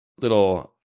little